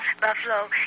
Buffalo